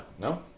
No